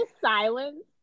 silence